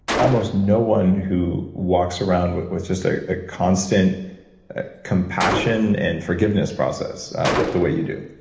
almost no one who walks around with with just ah a constant compassion and forgiveness process the the way you do,